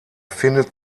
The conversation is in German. findet